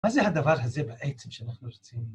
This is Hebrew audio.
מה זה הדבר הזה בעצם שאנחנו רוצים?